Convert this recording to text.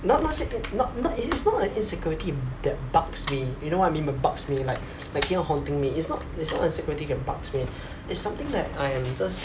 not not say not not it's not an insecurity that bugs me you know what I mean by bugs me like keep on haunting me it's not it's not an insecurity that bugs me it's something that I am just